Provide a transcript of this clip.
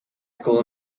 school